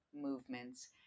movements